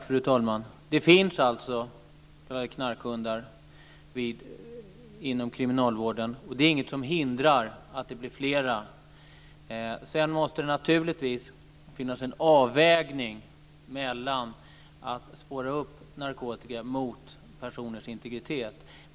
Fru talman! Det finns alltså sådana här knarkhundar inom kriminalvården, och inget hindrar att det blir flera. Sedan måste det naturligtvis finnas en avvägning mellan att spåra upp narkotika och personers integritet.